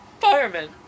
firemen